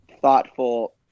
thoughtful